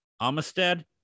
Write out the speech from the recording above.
Amistad